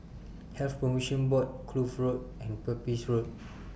Health promotion Board Kloof Road and Pepys Road